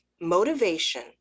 motivation